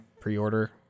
pre-order